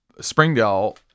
Springdale